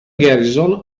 garrison